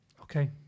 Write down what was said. Okay